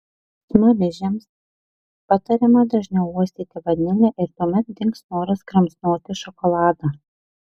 smaližiams patariama dažniau uostyti vanilę ir tuomet dings noras kramsnoti šokoladą